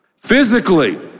Physically